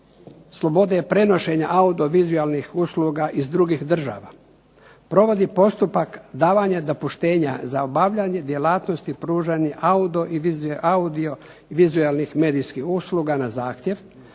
slobode prenošenja audiovizualnih usluga iz drugih država. Provodi postupak davanja dopuštenja za obavljanje djelatnosti pružanja audiovizualnih medijskih usluga na zahtjev